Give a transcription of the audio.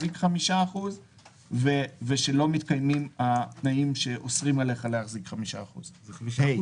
מחזיק 5% ושלא מתקיימים התנאים שאוסרים עליך להחזיק 5%. זה 5%,